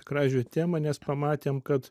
kražių temą nes pamatėm kad